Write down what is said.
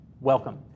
welcome